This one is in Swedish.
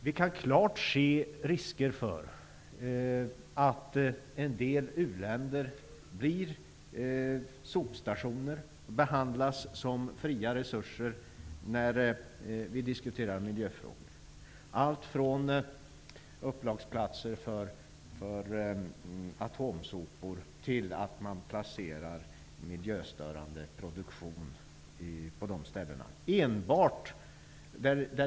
Vi kan klart se risker för att en del u-länder blir sopstationer och behandlas som fria resurser när vi diskuterar miljöfrågor. Det är fråga om allt från upplagsplatser för atomsopor till att man placerar miljöstörande produktion där.